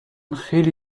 خیلی